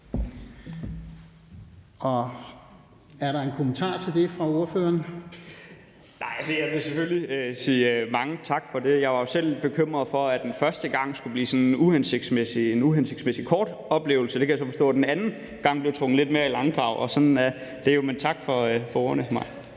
Lasse Haugaard Pedersen (S): Jeg vil selvfølgelig sige mange tak for det. Jeg var jo selv bekymret for, at den første gang skulle blive en uhensigtsmæssig kort oplevelse. Der kan jeg så forstå, at det den anden gang bliver trukket lidt mere i langdrag, og sådan er det